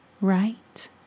right